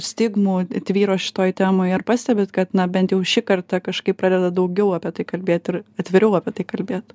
stigmų tvyro šitoj temoj ar pastebit kad na bent jau ši karta kažkaip pradeda daugiau apie tai kalbėt ir atviriau apie tai kalbėt